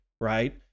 right